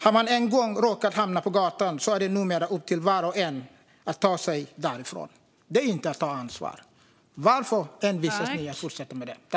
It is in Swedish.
Har man en gång råkat hamna på gatan är det numera upp till en själv att ta sig därifrån. Det är inte att ta ansvar. Varför envisas ni med att fortsätta med detta?